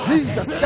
Jesus